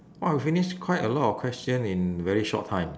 !wah! we finished quite a lot of question in very short time